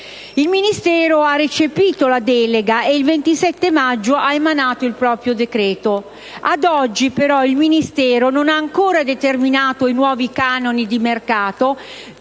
Il Ministero ha recepito la delega e il 27 maggio ha emanato il proprio decreto. Ad oggi, però, il Ministero non ha ancora determinato i nuovi canoni di mercato,